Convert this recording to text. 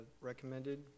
recommended